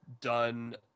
done